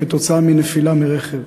כתוצאה מנפילה מרכב.